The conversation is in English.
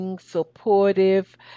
supportive